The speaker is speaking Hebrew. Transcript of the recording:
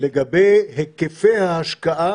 לגבי היקפי ההשקעה